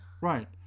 Right